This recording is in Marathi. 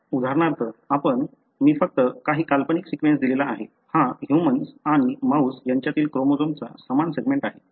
उदाहरणार्थ आपण मी फक्त काही काल्पनिक सीक्वेन्स दिलेला आहे हा ह्यूमन्स आणि माऊस यांच्यातील क्रोमोझोम्सचा समान सेगमेंट आहे